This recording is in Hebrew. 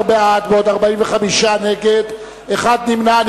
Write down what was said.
16 בעד, 45 נגד ונמנע אחד.